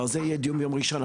ועל זה יהיה דיון ביום ראשון.